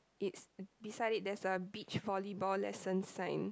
it's beside it there's a beach volley ball lesson sign